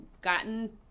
gotten